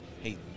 hey